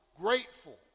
grateful